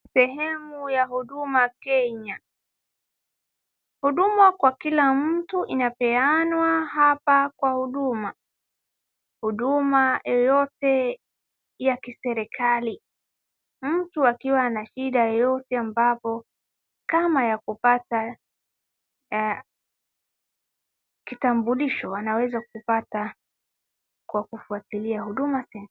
Sehemu ya huduma Kenya, huduma kwa kila mtu inapeanwa hapa kwa huduma. Huduma yoyote ya kiserikali, mtu akiwa na shida yoyote ambapo kama ya kupata kitambulisho anaweza kupata kwa kufwatilia huduma centre .